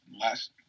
last